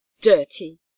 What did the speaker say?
dirty